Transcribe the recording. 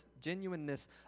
genuineness